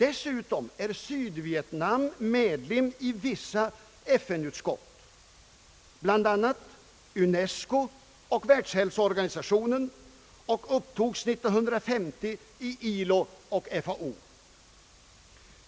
Vidare är Sydvietnam medlem i vissa FN-organ, bl.a. UNESCO och WHO, och upptogs 1950 i ILO och FAO.